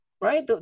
right